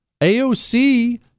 AOC